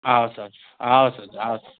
हवस् हजुर हवस् हजुर हवस्